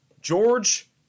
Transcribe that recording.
George